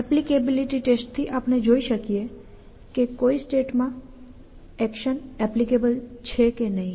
applicability test થી આપણે જોઈ શકીએ કે કોઈ સ્ટેટમાં એક્શન એપ્લીકેબલ કે નહીં